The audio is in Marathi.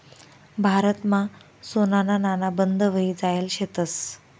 भारतमा सोनाना नाणा बंद व्हयी जायेल शेतंस